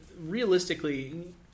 realistically